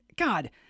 god